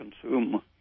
consume